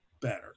better